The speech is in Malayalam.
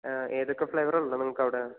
ഏതൊക്കെ ഫ്ലേവർ ആണ് ഉള്ളത് നിങ്ങൾക്ക് അവിടെ